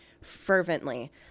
fervently